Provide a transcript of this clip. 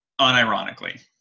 Unironically